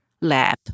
lab